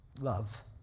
love